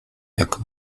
jak